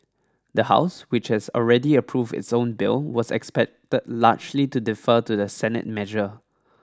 the house which has already approved its own bill was expected largely to defer to the Senate measure